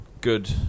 good